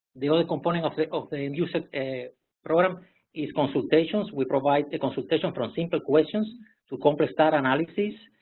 the other component of the of the and use of the program is consultations. we provide the consultation from simple questions to complex data analysis.